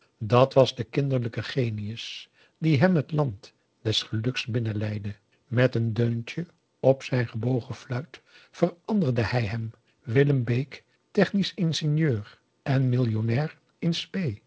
dat was de kinderlijke genius die hem het land des geluks binnenleidde met een deuntje op zijn gebogen fluit veranderde hij hem willem bake technisch ingenieur en millionnair in spe